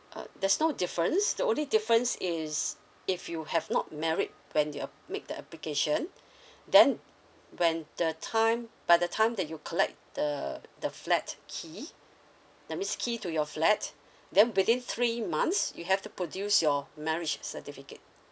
uh there's no difference the only difference is if you have not married when you app~ make the application then when the time by the time that you collect the the flat key that means key to your flat then within three months you have to produce your marriage certificate